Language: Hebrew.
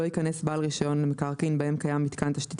לא ייכנס בעל רישיון למקרקעין בהם קיים מיתקן תשתית